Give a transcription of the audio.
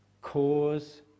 cause